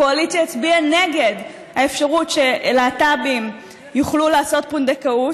הקואליציה הצביעה נגד האפשרות שלהט"בים יוכלו לעשות פונדקאות,